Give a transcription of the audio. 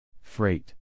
Freight